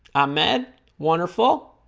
i meant wonderful